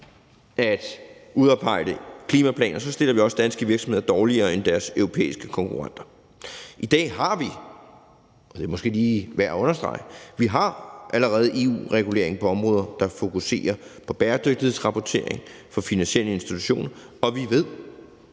at udarbejde klimaplaner, stiller vi danske virksomheder dårligere end deres europæiske konkurrenter. I dag har vi – det er måske værd lige at understrege – allerede EU-regulering på områder, der fokuserer på bæredygtighedsrapportering fra finansielle institutioner, og vi ved,